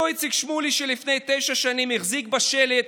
אותו איציק שמולי, שלפני תשע שנים החזיק בשלט: